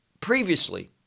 previously